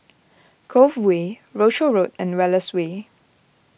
Cove Way Rochor Road and Wallace Way